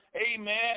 amen